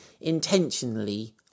intentionally